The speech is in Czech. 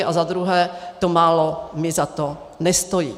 A za druhé to málo mi za to nestojí.